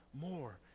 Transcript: more